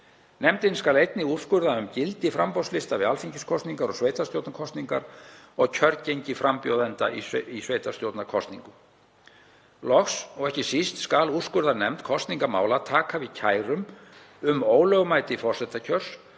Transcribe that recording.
Nefndin skal einnig úrskurða um gildi framboðslista við alþingiskosningar og sveitarstjórnarkosningar og kjörgengi frambjóðenda í sveitarstjórnarkosningum. Loks og ekki síst skal úrskurðarnefnd kosningamála taka við kærum um ólögmæti forsetakjörs,